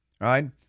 right